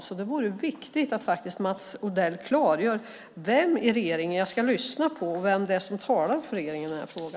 Det är därför viktigt att Mats Odell klargör vem i regeringen som jag ska lyssna på och vem det är som talar för regeringen i denna fråga.